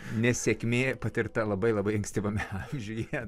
nesėkmė patirta labai labai ankstyvame amžiuje